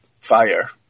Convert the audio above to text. fire